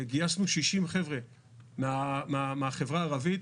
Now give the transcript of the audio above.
גייסנו 60 חבר'ה מהחברה הערבית